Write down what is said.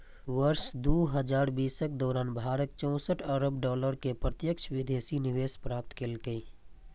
वर्ष दू हजार बीसक दौरान भारत चौंसठ अरब डॉलर के प्रत्यक्ष विदेशी निवेश प्राप्त केलकै